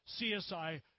CSI